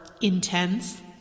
intense